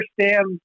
understand